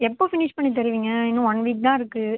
எப்போது ஃபினிஷ் பண்ணி தருவீங்க இன்னும் ஒன் வீக் தான் இருக்குது